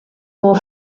more